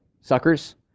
suckers